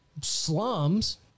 slums